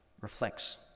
reflects